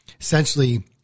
Essentially